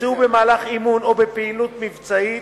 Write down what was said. שנפצעו במהלך אימון או בפעילות מבצעית,